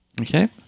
Okay